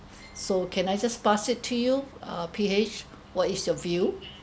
so can I just pass it to you uh P H what is your view